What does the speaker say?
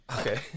Okay